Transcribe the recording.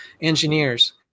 engineers